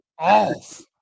off